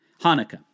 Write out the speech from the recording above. Hanukkah